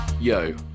Yo